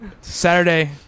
Saturday